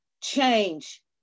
Change